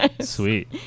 Sweet